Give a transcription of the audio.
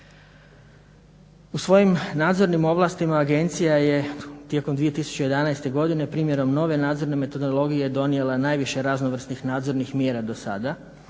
U svojim nadzornim ovlastima agencija je tijekom 2011. godine primjenom nove nadzorne metodologije donijela najviše raznovrsnih nadzornih mjera dosada